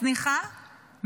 צניחה,